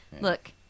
look